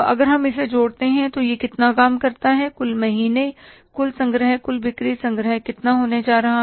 अगर हम इसे जोड़ते हैं तो यह कितना काम करता है कुल महीने कुल संग्रह कुल बिक्री संग्रह कितना होने जा रहा है